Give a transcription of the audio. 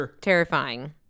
terrifying